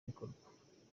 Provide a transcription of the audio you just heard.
bikorwa